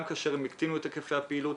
גם כאשר הם התקינו את היקף הפעילות.